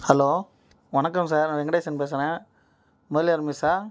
hello வணக்கம் sir நான் வெங்கடேசன் பேசுகிறேன் முதலியார் மெஸ்ஸா